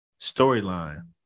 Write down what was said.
storyline